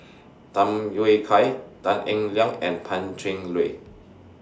Tham Yui Kai Tan Eng Liang and Pan Cheng Lui